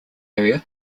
area